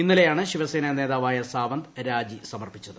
ഇന്നലെയാണ് ശിവ്യസേന നേതാവായ സാവന്ത് രാജി സമർപ്പിച്ചത്